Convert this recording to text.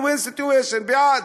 win-win situation, בעד.